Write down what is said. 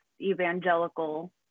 evangelical